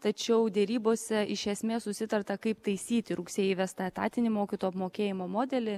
tačiau derybose iš esmės susitarta kaip taisyti rugsėjį įvestą etatinį mokytojų apmokėjimo modelį